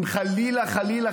אם חלילה חלילה,